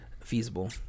feasible